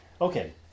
Okay